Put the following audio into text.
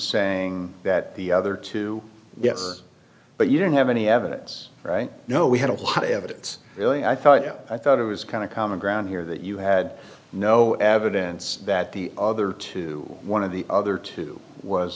saying that the other two yes but you don't have any evidence right you know we had a lot of evidence really i thought i thought it was kind of common ground here that you had no evidence that the other twenty one of the other two was